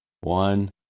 One